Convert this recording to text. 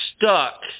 stuck